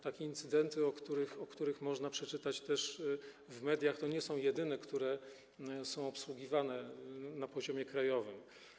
Takie incydenty, o których można przeczytać też w mediach, to nie są jedyne, które są obsługiwane na poziomie krajowym.